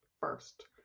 first